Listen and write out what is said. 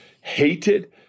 hated